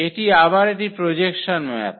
এটি আবার একটি প্রোজেকসন ম্যাপ